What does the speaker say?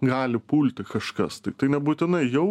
gali pulti kažkas tiktai nebūtinai jau